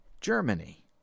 Germany